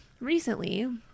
recently